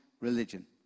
religion